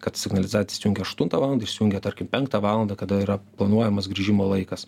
kad signalizacija įsijungia aštuntą valandą išsijungia tarkim penktą valandą kada yra planuojamas grįžimo laikas